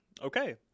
okay